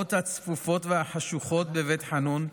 בסמטאות הצפופות והחשוכות בבית חאנון,